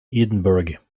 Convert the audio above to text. edinburgh